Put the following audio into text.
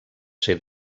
ser